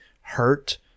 hurt